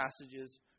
passages